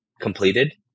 completed